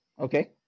Okay